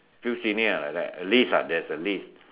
few senior ah like that list lah there's a list